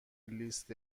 لیست